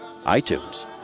iTunes